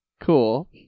Cool